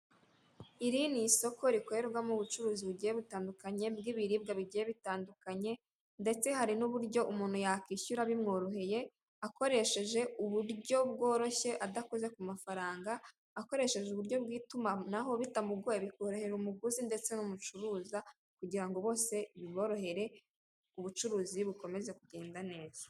Iri ni isoko rikorerwamo ubucuruzi bugiye butandukanye, bw'ibiribwa bigiye bitandukanye, ndetse hari n'uburyo umuntu yakwishyura bimworoheye, akoresheje uburyo bworoshye adakoze ku mafaranga, akoresheje uburyo bw'itumanaho bitamugoye, bikorohera umuguzi ndetse n'umucuruzi kugira ngo bose biborohere, ubucuruzi bukomeze kugenda neza.